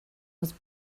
was